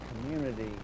community